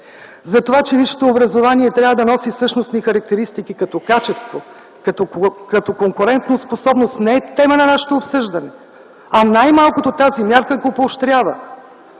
за това че висшето образование трябва да носи същностни характеристики като качество, като конкурентоспособност, не е тема на нашето обсъждане, а най-малкото тази мярка го поощрява.